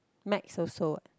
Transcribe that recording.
maths also what